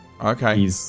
Okay